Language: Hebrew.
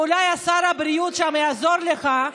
ואולי שר הבריאות שם יעזור לך,